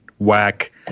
Whack